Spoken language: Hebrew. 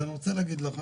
אני רוצה להגיד לך